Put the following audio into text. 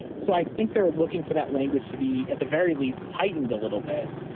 so i think they're looking for that language to be, at the very least, tightened a little bit.